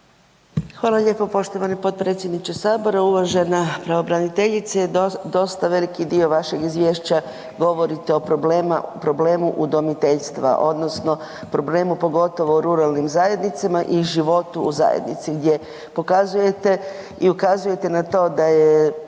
Hvala lijepo poštovani potpredsjedniče Sabora. Uvažena pravobraniteljice, dosta veliki dio vašeg izvješća govorite o problemu udomiteljstva odnosno problemu, pogotovo u ruralnim zajednicama i životu u zajednici gdje pokazujete i ukazujete na to da je